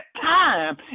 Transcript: time